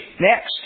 Next